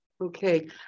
Okay